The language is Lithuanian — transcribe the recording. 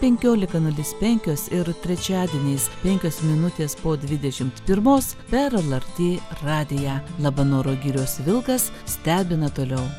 penkiolika nulis penkios ir trečiadieniais penkios minutės po dvidešimt pirmos per lrt radiją labanoro girios vilkas stebina toliau